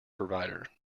provider